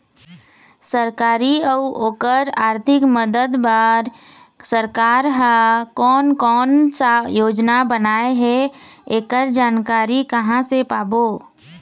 सरकारी अउ ओकर आरथिक मदद बार सरकार हा कोन कौन सा योजना बनाए हे ऐकर जानकारी कहां से पाबो?